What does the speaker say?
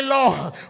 Lord